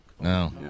no